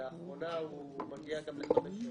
לאחרונה הוא מגיע גם לחמש שעות.